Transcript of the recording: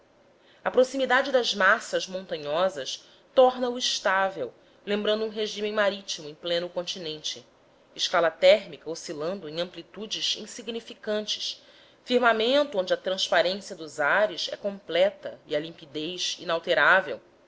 a proximidade das massas montanhosas torna o estável lembrando um regime marítimo em pleno continente escala térmica oscilando em amplitudes insignificantes firmamento onde a transparência dos ares é completa e a limpidez inalterável